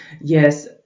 Yes